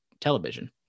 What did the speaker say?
television